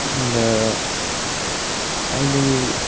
अन्त अहिले